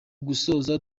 gusoza